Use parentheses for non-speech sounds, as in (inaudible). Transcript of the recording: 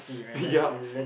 (laughs) ya